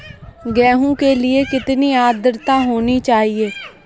गेहूँ के लिए कितनी आद्रता होनी चाहिए?